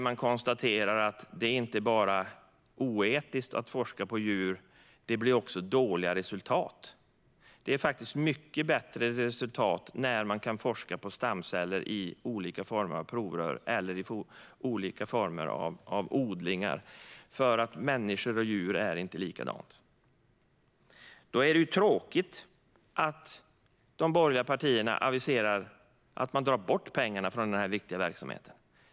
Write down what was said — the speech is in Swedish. Man konstaterar att det inte bara är oetiskt att forska på djur. Det blir också dåliga resultat. Det blir mycket bättre resultat när man kan forska på stamceller i olika former av provrör eller i olika former av odlingar eftersom människor och djur inte är likadana. Det är tråkigt att de borgerliga partierna aviserar att de vill dra bort pengarna från denna viktiga verksamhet.